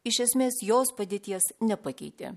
iš esmės jos padėties nepakeitė